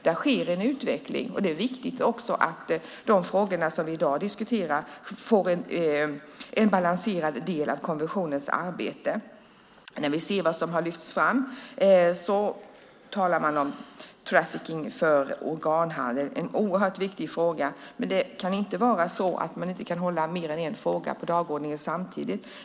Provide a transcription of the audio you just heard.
Det sker en utveckling och det är viktigt att de frågor vi diskuterar i dag får en balanserad del av konventionens arbete. Man lyfter fram trafficking för organhandel. Det är en oerhört viktig fråga, men det kan inte vara så att man inte kan ha mer än en fråga på dagordningen samtidigt.